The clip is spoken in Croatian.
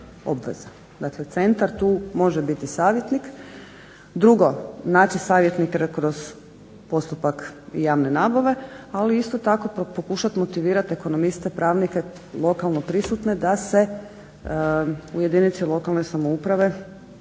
Dakle, centar tu može biti savjetnik. Drugo, naći savjetnike kroz postupak javne nabave ali isto tako pokušati motivirati ekonomiste, pravnike, lokalno prisutne da se u jedinici lokalne samouprave